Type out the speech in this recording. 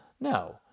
No